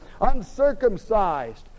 uncircumcised